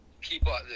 people